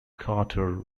carter